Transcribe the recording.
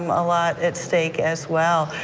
um a lot at stake as well.